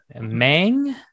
Mang